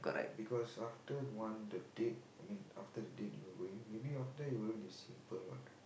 because after one the date I mean after the date you are going maybe after you it's simple what